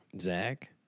Zach